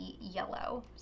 yellow